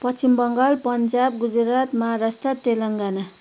Paschim Bengal Punjab Gujarat Maharashtra Telangana